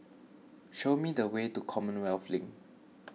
show me the way to Commonwealth Link